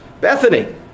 Bethany